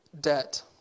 debt